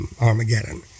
Armageddon